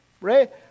right